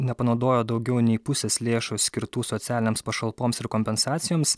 nepanaudojo daugiau nei pusės lėšų skirtų socialinėms pašalpoms ir kompensacijoms